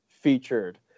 featured